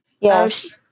Yes